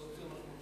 היושב-ראש,